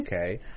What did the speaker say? okay